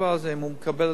אם הוא מקבל את זה או לא.